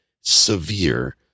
severe